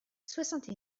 soixante